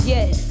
Yes